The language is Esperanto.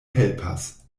helpas